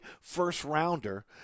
first-rounder